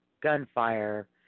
gunfire